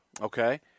Okay